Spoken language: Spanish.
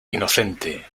inocente